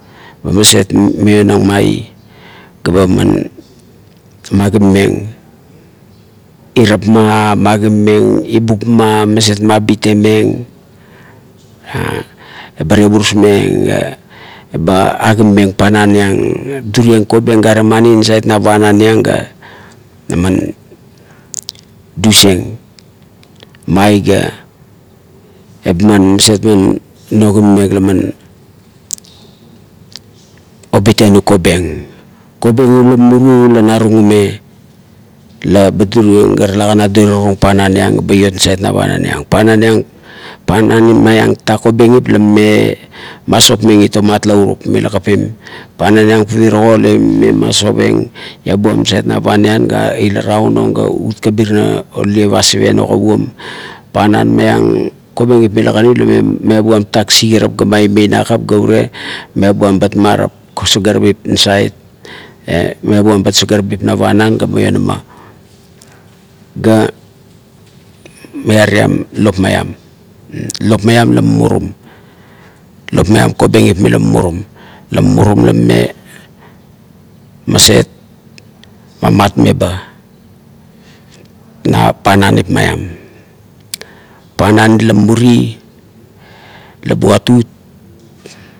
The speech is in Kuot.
Ba maset man meonang mai ga ba man magimameng irap ma, magimameng ibup ma, maset mabitmeng a aba tevurusmeng eba agimameng panan iang, durieng kobeng aremani insait na panan iang ga gaman dusieng maiga eba man maset man nogimameng la man obitenung kobeng. Kobeng ula muru la tume narung ume la ba durieng ga tulakan adurerung panan iang, eba iot nasait na panan iang, panan maiang tatak kobengip la mame ma sapmeng it tomat naurup, mila kapim, panan iang pivirago la ime masapieng iabuam nasait na panan ga ila raun ong ga ut kabiranga un pasip ieng o kuguom. Panan maiang kobengip mila kanim la mame meabun tatak sigarap ga ma-ie me nakap ga urie meabuam bat maram sagarabip nasait, meabuam bat sagarabip ga meona ga meariam lop maiam. Lop maiam la mumurum, lop maiam kobengip mila murum, la murum la maset mamat beba na pananip maiam, panan ila mumuri la buat ut